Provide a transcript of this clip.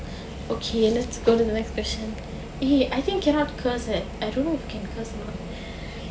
okay let's go to the next question eh I think cannot curse leh I don't know we can curse or not